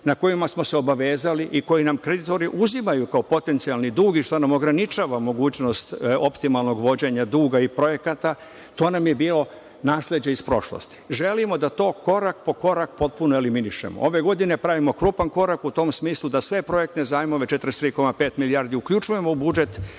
na kojima smo se obavezali i na kojima nam kreditori uzimaju kao potencijalni dug i što nam ograničava mogućnost optimalnog vođenja duga i projekata. To nam je bilo nasleđe iz prošlosti. Želimo da to korak po korak potpuno eliminišemo. Ove godine pravimo krupan korak u tom smislu da sve projektne zajmove, 43,5 milijardi uključujemo u budžet